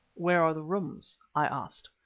where are the rooms? i asked.